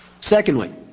Secondly